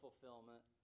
fulfillment